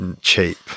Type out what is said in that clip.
cheap